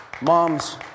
Moms